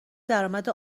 درامد